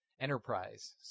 Enterprise